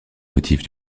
motifs